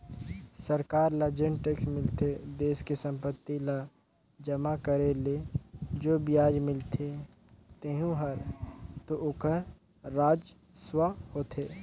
सरकार ल जेन टेक्स मिलथे देस के संपत्ति ल जमा करे ले जो बियाज मिलथें तेहू हर तो ओखर राजस्व होथे